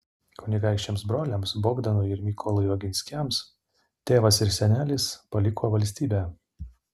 kunigaikščiams broliams bogdanui ir mykolui oginskiams tėvas ir senelis paliko valstybę